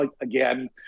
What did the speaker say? again